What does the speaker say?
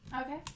Okay